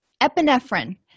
epinephrine